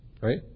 right